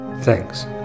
Thanks